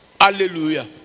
Hallelujah